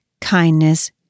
kindness